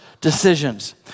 decisions